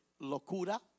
locura